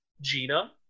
Gina